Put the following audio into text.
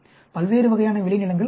பல்வேறு வகையான விளைநிலங்கள் உள்ளன